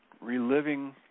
reliving